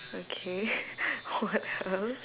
okay what else